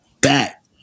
back